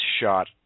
shot